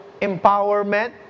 empowerment